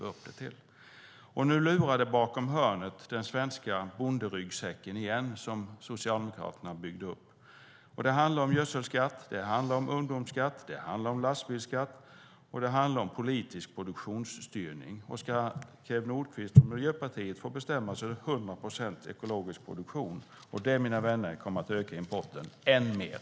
Nu lurar den svenska bonderyggsäcken som Socialdemokraterna byggde upp bakom hörnet igen. Det handlar om gödselskatt, ungdomsskatt, lastbilsskatt och politisk produktionsstyrning. Om Kew Nordqvist från Miljöpartiet fick bestämma skulle det bli 100 procent ekologisk produktion. Det, mina vänner, kommer att öka importen än mer.